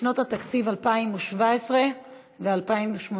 לשנות התקציב 2017 ו-2018),